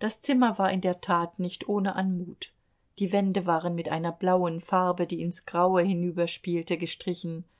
das zimmer war in der tat nicht ohne anmut die wände waren mit einer blauen farbe die ins graue hinüberspielte gestrichen